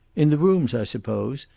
in the rooms, i suppose?